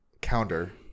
counter